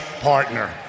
partner